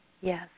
yes